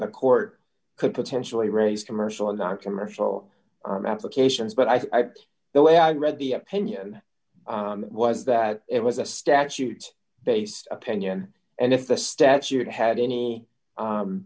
the court could potentially raise commercial and not commercial applications but i put the way i read the opinion was that it was a statute based opinion and if the statute had any